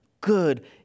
good